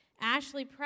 Ashley